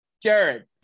Jared